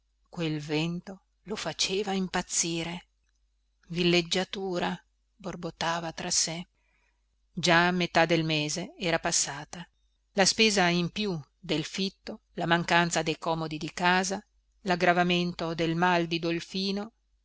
quel vento lo faceva impazzire villeggiatura borbottava tra sé già metà del mese era passata la spesa in più del fitto la mancanza dei comodi di casa laggravamento del mal di dolfino